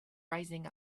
rising